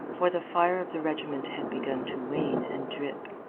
for the fire of the regiment had begun to wane and drip.